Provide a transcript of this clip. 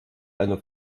eine